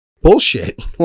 bullshit